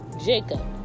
Jacob